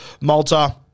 Malta